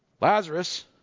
Lazarus